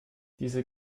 diese